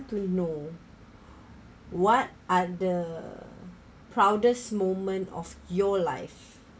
to know what are the proudest moment of your life